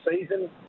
season